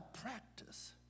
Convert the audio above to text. practice